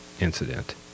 incident